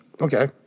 Okay